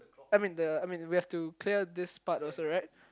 I mean the I mean we have to clear this part also right